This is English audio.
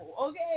Okay